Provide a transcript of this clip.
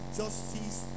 justice